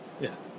Yes